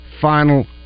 final